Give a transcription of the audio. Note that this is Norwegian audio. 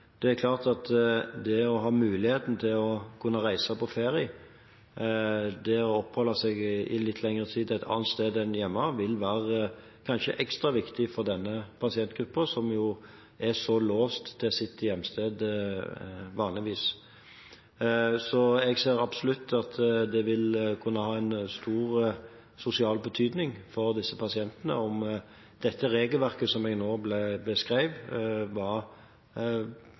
Det er klart at det å ha muligheten til å kunne reise på ferie, det å oppholde seg i litt lengre tid et annet sted enn hjemme, vil kanskje være ekstra viktig for denne pasientgruppen, som jo vanligvis er så låst til sitt hjemsted. Så jeg ser absolutt at det vil kunne ha en stor sosial betydning for disse pasientene om dette regelverket som jeg nå beskrev, var